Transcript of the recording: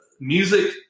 Music